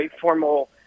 formal